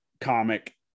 comic